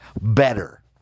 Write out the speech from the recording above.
Better